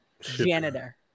janitor